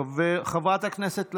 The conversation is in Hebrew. חברת הכנסת לזימי,